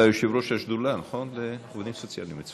אתה יושב-ראש השדולה לעובדים סוציאליים, נכון?